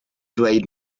dweud